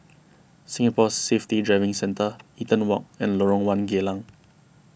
Singapore Safety Driving Centre Eaton Walk and Lorong one Geylang